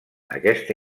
aquesta